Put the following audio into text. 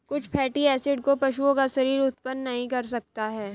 कुछ fatty acid को पशुओं का शरीर उत्पन्न नहीं कर सकता है